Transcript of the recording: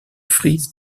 frise